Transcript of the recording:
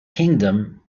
kingdom